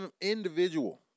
individual